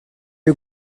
you